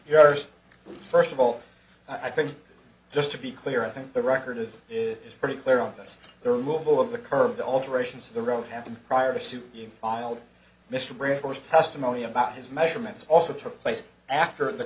yours first of all i think just to be clear i think the record is is pretty clear on this the rule of the curve the alterations of the road happened prior to suit filed mr brown for testimony about his measurements also took place after the